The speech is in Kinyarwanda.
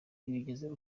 yabigizemo